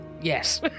yes